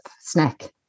snack